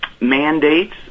mandates